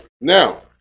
Now